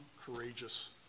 courageous